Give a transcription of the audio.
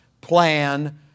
plan